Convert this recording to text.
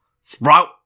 Sprout